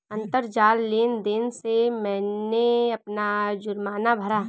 अंतरजाल लेन देन से मैंने अपना जुर्माना भरा